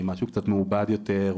עם משהו קצת יותר מעובד יותר,